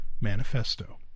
manifesto